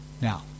Now